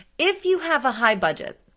if you have a high budget,